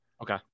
Okay